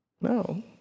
No